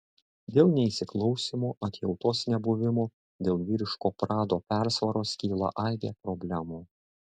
dėl neįsiklausymo atjautos nebuvimo dėl vyriško prado persvaros kyla aibė problemų